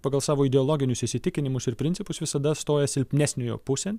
pagal savo ideologinius įsitikinimus ir principus visada stoja silpnesniojo pusėn